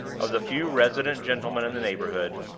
of the few resident gentlemen in the neighborhood,